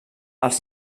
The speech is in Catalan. els